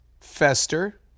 Fester